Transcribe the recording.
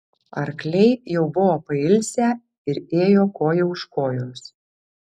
arkliai jau buvo pailsę ir ėjo koja už kojos